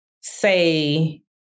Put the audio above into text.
say